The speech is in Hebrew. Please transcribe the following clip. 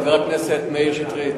חבר הכנסת מאיר שטרית,